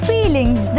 Feelings